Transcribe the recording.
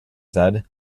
said